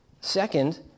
Second